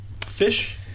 Fish